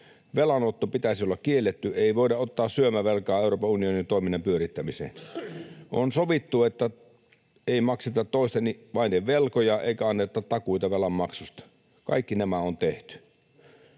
velanoton pitäisi olla kielletty, ei voida ottaa syömävelkaa Euroopan unionin toiminnan pyörittämiseen? On sovittu, että ei makseta toisten maiden velkoja eikä anneta takuita velanmaksusta. Kaikki nämä on tehty.